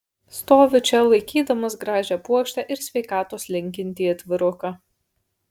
stoviu čia laikydamas gražią puokštę ir sveikatos linkintį atviruką